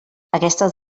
aquestes